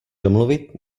domluvit